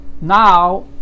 Now